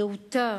רהוטה.